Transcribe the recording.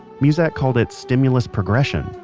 muzak called it stimulus progression,